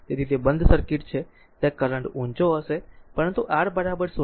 તેથી તે બંધ સર્કીટ છે ત્યાં કરંટ ઊચો હશે પરંતુ R 0